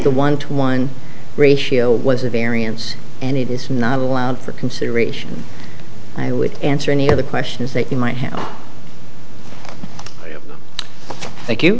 the one to one ratio was a variance and it is not allowed for consideration i would answer any of the questions that you might have